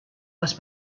les